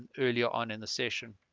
earlier on in the session